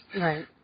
Right